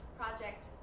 project